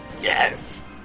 Yes